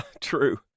True